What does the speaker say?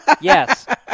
yes